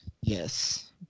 Yes